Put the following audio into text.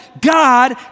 God